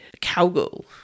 cowgirl